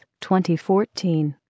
2014